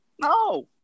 No